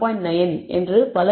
9 மற்றும் பல கிடைக்கும்